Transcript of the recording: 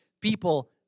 people